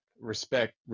respect